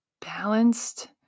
balanced